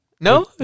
No